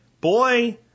boy